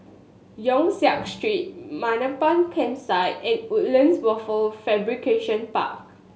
Yong Siak Street Mamam Campsite and Woodlands Wafer Fabrication Park